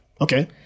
Okay